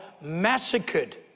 massacred